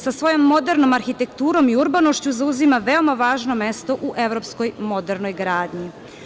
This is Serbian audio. Sa svojom modernom arhitekturom i urbanošću, zauzima veoma važno mesto u evropskoj modernoj gradnji.